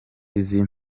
izi